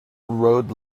road